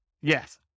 Yes